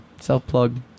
self-plug